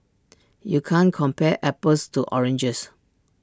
you can't compare apples to oranges